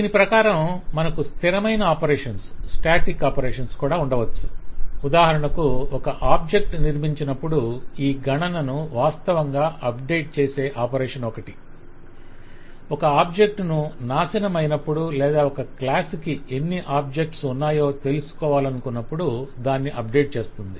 దీని ప్రకారం మనకు స్థిరమైన ఆపరేషన్స్ కూడా ఉండవచ్చు ఉదాహరణకు ఒక ఆబ్జెక్ట్ నిర్మించినప్పుడు ఈ గణనను వాస్తవంగా అప్డేట్ చేసే ఆపరేషన్ ఒకటి ఒక ఆబ్జెక్ట్ ను నాశనం అయినప్పుడు లేదా ఒక క్లాస్ కి ఎన్ని ఆబ్జెక్ట్స్ ఉన్నాయో తెలుసుకోవాలనుకున్నప్పుడు దాన్ని అప్డేట్ చేస్తుంది